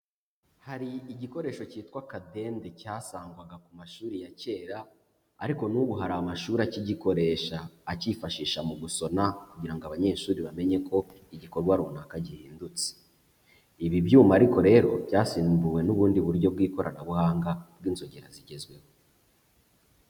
Hari igikoresho cyitwa kadende cyasangwaga ku mashuri ya kera ariko n'ubu hari amashuri akigikoresha, akifashisha mu gusoma kugira ngo abanyeshuri bamenye ko igikorwa runaka gihindutse, ibi byuma ariko rero byasimbuwe n'ubundi buryo bw'ikoranabuhanga bw'inzogera zigezweho.